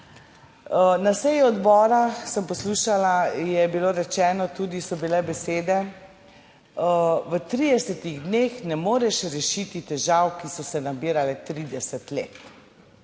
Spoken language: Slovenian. Na seji odbora sem poslušala, je bilo rečeno tudi, so bile besede, v 30 dneh ne moreš rešiti težav, ki so se nabirale 30 let.